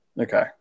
Okay